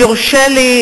אם יורשה לי,